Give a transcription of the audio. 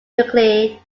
nuclei